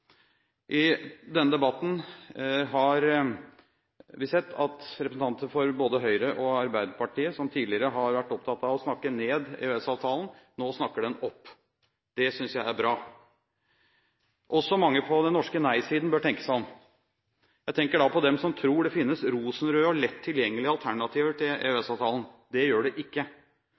I denne debatten har vi sett at representanter for både Høyre og Arbeiderpartiet som tidligere har vært opptatt av å snakke ned EØS-avtalen, nå snakker den opp. Det synes jeg er bra. Også mange på den norske nei-siden bør tenke seg om. Jeg tenker da på dem som tror det finnes rosenrøde og lett tilgjengelige alternativer til EØS-avtalen. Det gjør det ikke.